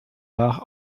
nach